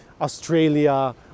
australia